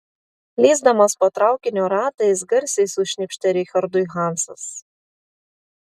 lįsdamas po traukinio ratais garsiai sušnypštė richardui hansas